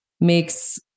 makes